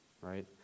right